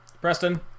Preston